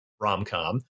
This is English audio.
rom-com